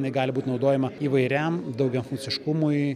jinai gali būt naudojama įvairiam daugiafunkciškumui